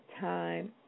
time